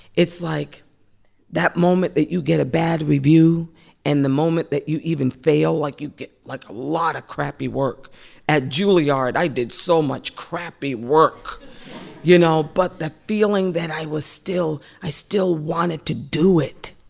it's like that moment that you get a bad review and the moment that you even fail, like, you get, like, a lot of crappy work at juilliard, i did so much crappy work you know? but the feeling that i was still i still wanted to do it.